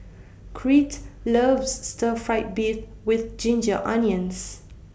Crete loves Stir Fry Beef with Ginger Onions